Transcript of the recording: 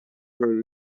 her